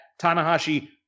Tanahashi